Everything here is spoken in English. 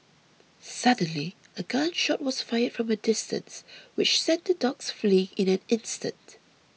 suddenly a gun shot was fired from a distance which sent the dogs fleeing in an instant